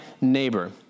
neighbor